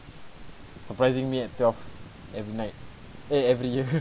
surprising me at twelve every night eh every year